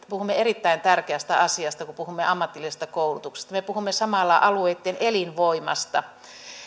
puhumme erittäin tärkeästä asiasta kun puhumme ammatillisesta koulutuksesta me puhumme samalla alueitten elinvoimasta